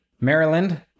Maryland